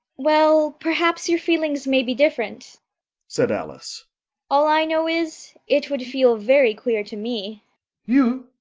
well, perhaps your feelings may be different said alice all i know is, it would feel very queer to me you!